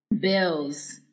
bills